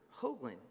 Hoagland